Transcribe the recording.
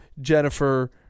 Jennifer